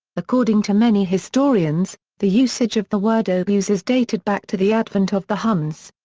according to many historians, the usage of the word oghuz is dated back to the advent of the huns.